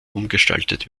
umgestaltet